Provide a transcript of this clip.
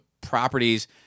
properties